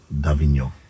d'Avignon